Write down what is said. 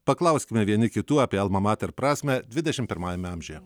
paklauskime vieni kitų apie alma mater prasmę dvidešim pirmajame amžiuje